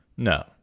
No